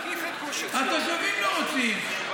התושבים לא רוצים.